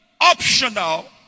optional